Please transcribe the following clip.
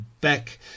back